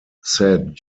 said